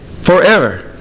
forever